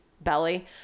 belly